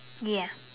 ya